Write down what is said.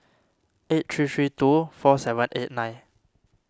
eight three three two four seven eight nine